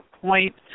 point